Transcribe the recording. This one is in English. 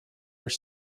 are